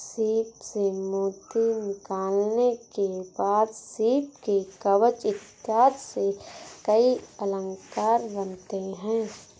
सीप से मोती निकालने के बाद सीप के कवच इत्यादि से कई अलंकार बनते हैं